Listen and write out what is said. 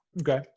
Okay